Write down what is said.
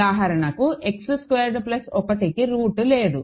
ఉదాహరణకు X squared plus 1కి root లేదు